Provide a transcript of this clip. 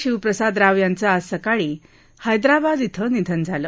शिव प्रसाद राव यांचं आज सकाळी हद्द्वीबाद ीक निधन झालं